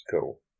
Cool